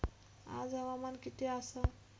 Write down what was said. आज हवामान किती आसा?